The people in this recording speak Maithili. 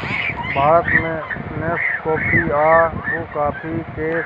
भारत मे नेसकेफी आ ब्रु कॉफी केर